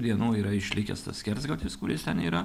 dienų yra išlikęs tas skersgatvis kuris ten yra